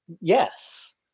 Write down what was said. Yes